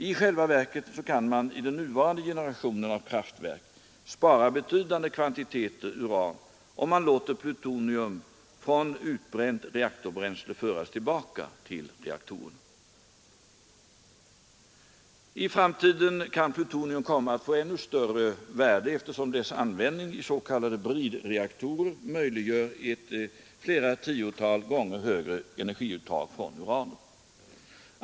I själva verket kan man i den nuvarande generationen av kraftverk spara betydande kvantiteter uran om man låter plutonium från utbränt reaktorbränsle föras tillbaka till reaktorerna. I framtiden kan plutonium komma att få ännu större värde eftersom dess användning i s.k. bridreaktorer möjliggör ett flera tiotal gånger högre energiuttag från uranet.